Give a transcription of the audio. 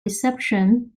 reception